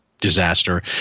disaster